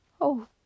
Oh